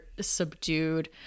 subdued